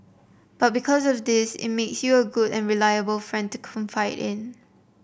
but because of this it makes you a good and reliable friend to confide in